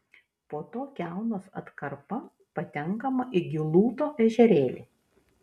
po to kiaunos atkarpa patenkama į gilūto ežerėlį